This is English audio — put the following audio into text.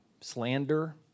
slander